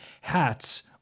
hats